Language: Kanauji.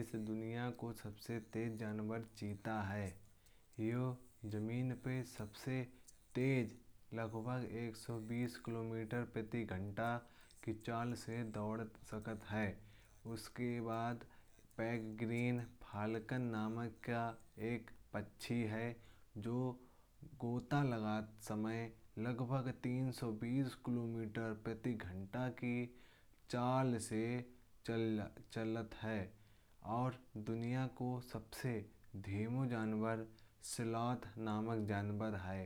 इस दुनिया को सबसे तेज जानवर चीता है। यह ज़मीन पे सबसे तेज। लगभग एक सौ बीस किलोमीटर प्रति घंटा की चाल से दौड़ सकता है। उसके बाद पेरेग्रीन फाल्कन नाम का एक पक्षी है। जो गोता लगाते वक्त लगभग तीन सौ बीस किलोमीटर प्रति घंटा की चाल से चलता है। और दुनिया का सबसे धीमा जानवर सैलड नाम का जानवर है।